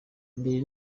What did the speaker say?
imbere